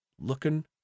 looking